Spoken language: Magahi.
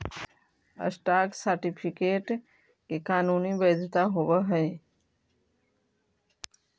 स्टॉक सर्टिफिकेट के कानूनी वैधता होवऽ हइ